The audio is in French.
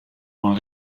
moins